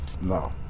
no